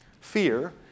Fear